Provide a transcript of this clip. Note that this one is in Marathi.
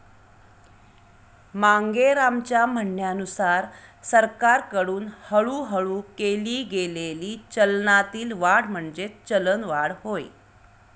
मांगेरामच्या म्हणण्यानुसार सरकारकडून हळूहळू केली गेलेली चलनातील वाढ म्हणजेच चलनवाढ होय